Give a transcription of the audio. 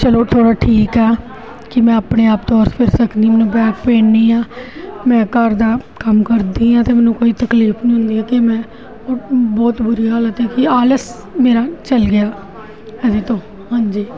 ਚਲੋ ਚਲੋ ਠੀਕ ਆ ਕਿ ਮੈਂ ਆਪਣੇ ਆਪ ਤੁਰ ਫਿਰ ਸਕਦੀ ਮੈਨੂੰ ਬੈਕ ਪੇਨ ਨਹੀ ਆ ਮੈਂ ਘਰ ਦਾ ਕੰਮ ਕਰਦੀ ਹਾਂ ਅਤੇ ਮੈਨੂੰ ਕੋਈ ਤਕਲੀਫ ਨਹੀਂ ਹੁੰਦੀ ਕਿ ਮੈਂ ਬਹੁਤ ਵਧੀਆ ਹਾਲਤ ਹੈਗੀ ਆਲਸ ਮੇਰਾ ਚਲ ਗਿਆ ਇਹਦੇ ਤੋਂ ਹਾਂਜੀ